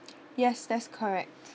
yes that's correct